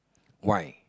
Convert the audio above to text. why